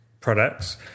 products